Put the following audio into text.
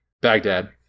Baghdad